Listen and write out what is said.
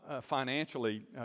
financially